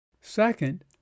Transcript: Second